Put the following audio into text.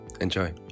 enjoy